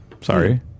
sorry